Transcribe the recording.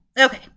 Okay